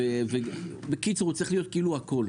הוא צריך להיות הכול.